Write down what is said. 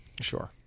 sure